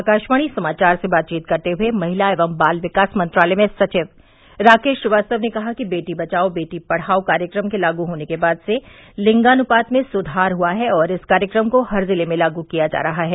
आकाशवाणी समाचार से बातचीत करते हुये महिला एवं बाल विकास मंत्रालय में सचिव राकेश श्रीवास्तव ने कहा कि बेटी बचाओ बेटी पढाओ कार्यक्रम के लागू होने के बाद से लिंगानूपात में सुधार हुआ है और इस कार्यक्रम को हर जिले में लागू किया जा रहा है